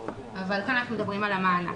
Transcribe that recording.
אבל כאן אנחנו מדברים על המענק.